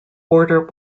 border